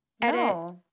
Edit